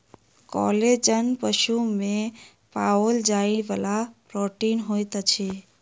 collagen पशु में पाओल जाइ वाला प्रोटीन होइत अछि